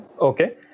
okay